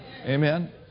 Amen